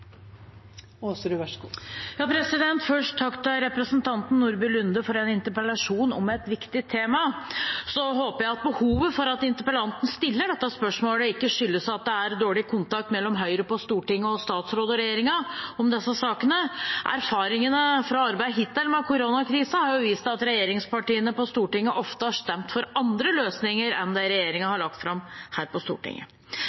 til representanten Nordby Lunde for en interpellasjon om et viktig tema. Så håper jeg at behovet for at interpellanten stiller dette spørsmålet, ikke skyldes at det er dårlig kontakt mellom Høyre på Stortinget og statsråden og regjeringen om disse sakene. Erfaringene hittil fra arbeidet med koronakrisen har jo vist at regjeringspartiene på Stortinget ofte har stemt for andre løsninger enn det